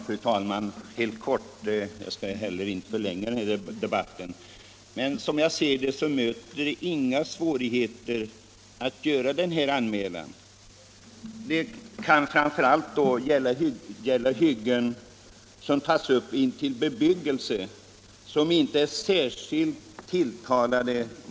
Fru talman! Jag skall fatta mig kort och inte förlänga debatten särskilt mycket. Som jag ser saken möter det inga svårigheter att göra den här anmälan. Det kan gälla hyggen som tas upp intill bebyggelse och som många gånger inte är särskilt tilltalande.